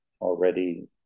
already